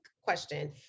question